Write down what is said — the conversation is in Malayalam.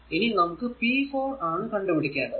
ഇനി നമുക്ക് p 4 ആണ് കണ്ടുപിടിക്കേണ്ടത്